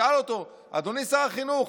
שאל אותו: אדוני שר החינוך,